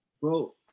bro